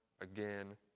again